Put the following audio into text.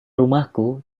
rumahku